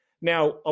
Now